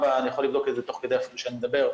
ואני יכול לבדוק את זה תוך כדי שאני מדבר,